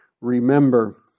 remember